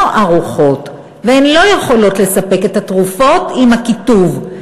ערוכות והן לא יכולות לספק את התרופות עם הכיתוב.